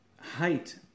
height